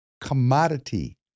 commodity